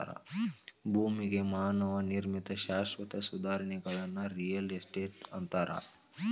ಭೂಮಿಗೆ ಮಾನವ ನಿರ್ಮಿತ ಶಾಶ್ವತ ಸುಧಾರಣೆಗಳನ್ನ ರಿಯಲ್ ಎಸ್ಟೇಟ್ ಅಂತಾರ